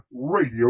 Radio